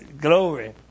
glory